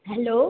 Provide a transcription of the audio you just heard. hello